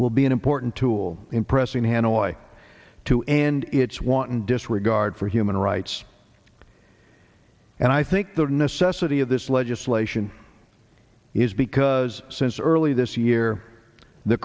will be an important tool in pressing hanoi to end its wanton disregard for human rights and i think the necessity of this legislation is because since early this year the